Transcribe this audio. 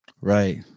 Right